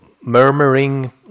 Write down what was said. murmuring